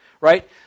right